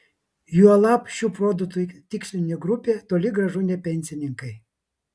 juolab šių produktų tikslinė grupė toli gražu ne pensininkai